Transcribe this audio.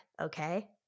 okay